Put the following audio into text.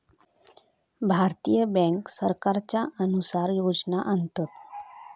भारतीय बॅन्क सरकारच्या अनुसार योजना आणतत